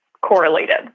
correlated